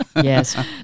Yes